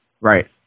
Right